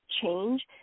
change